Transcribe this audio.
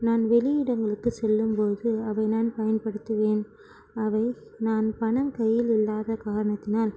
நான் வெளி இடங்களுக்கு செல்லும் போது அவை நான் பயன்படுத்துவேன் அவை நான் பணம் கையில் இல்லாத காரணத்தினால்